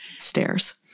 stairs